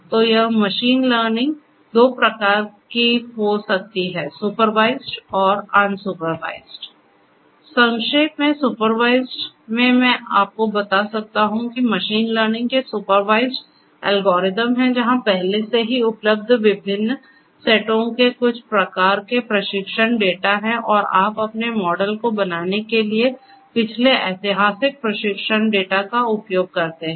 तो यह machine learning दो प्रकार की हो सकती है सुपरवाइजड और अनसुपरवाइजड संक्षेप में सुपरवाइजड में मैं आपको बता सकता हूं कि मशीन लर्निंग के सुपरवाइजड एल्गोरिदम हैं जहां पहले से ही उपलब्ध विभिन्न सेटों के कुछ प्रकार के प्रशिक्षण डेटा हैं और आप अपने मॉडल को बनाने के लिए पिछले ऐतिहासिक प्रशिक्षण डेटा का उपयोग करते हैं